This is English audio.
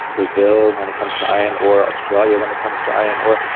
brazil when it comes to iron ore, australia when it comes to iron ore.